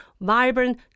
vibrant